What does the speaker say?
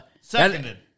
Seconded